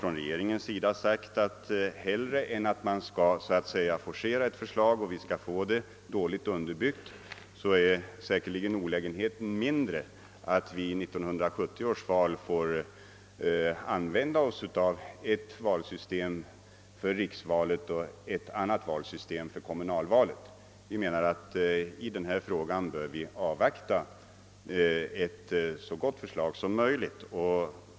Regeringen har ansett att det är större olägenheter med att forcera fram ett beslut på grundval av ett dåligt underbyggt utredningsförslag än att vi vid 1970 års val använder ett valsystem för riksvalet och ett annat valsystem för kommunalvalet. I den här frågan bör vi därför avvakta ett så gott förslag som möjligt.